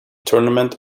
tournament